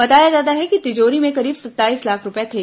बताया जाता है कि तिजोरी में करीब सत्ताईस लाख रूपये थे